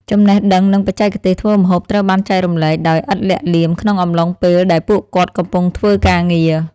ចំណេះដឹងនិងបច្ចេកទេសធ្វើម្ហូបត្រូវបានចែករំលែកដោយឥតលាក់លៀមក្នុងអំឡុងពេលដែលពួកគាត់កំពុងធ្វើការងារ។